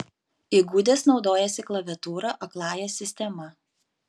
įgudęs naudojasi klaviatūra akląja sistema